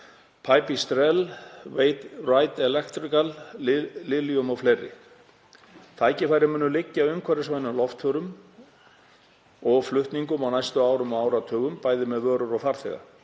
Pipistrel, Wright Electrical, Lilium o.fl. Tækifærin munu liggja í umhverfisvænum loftförum og flutningum á næstu árum og áratugum, bæði með vörur og farþega.